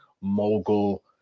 Mogul